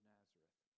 Nazareth